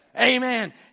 Amen